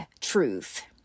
Truth